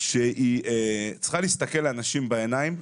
שצריכה להסתכל לאנשים בעיניים.